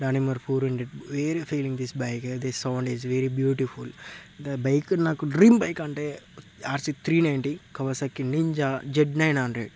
Dominar four hundred వేరే feeling this bike this sound is very beautiful bike నాకు dream bike అంటే RC three ninety Kawasaki Ninja Z nine hundred